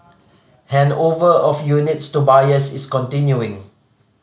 handover of units to buyers is continuing